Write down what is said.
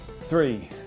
three